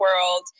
world